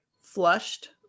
flushed